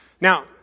Now